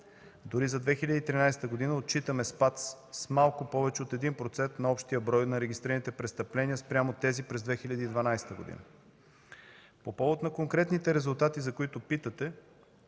Дори за 2013 г. отчитаме спад с малко повече от 1% на общия брой на регистрираните престъпления спрямо тези през 2012 г. По повод на конкретните резултати, за които питате